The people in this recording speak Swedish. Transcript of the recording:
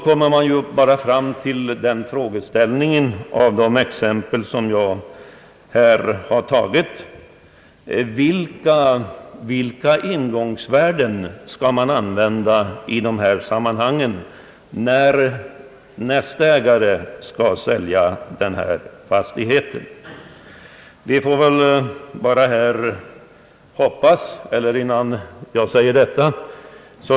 Av de exempel som jag här har dragit kan man ställa sig följande fråga: Vilka ingångsvärden skall man använda när nästa ägare skall sälja denna fastighet?